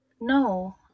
No